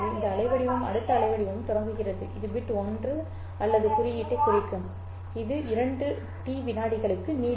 இந்த அலைவடிவம் அடுத்த அலைவடிவம் தொடங்குகிறது இது பிட் 1 அல்லது குறியீட்டைக் குறிக்கும் இது 2T விநாடிகளுக்கு நீடிக்கும்